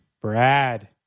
Brad